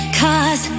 cause